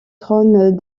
trône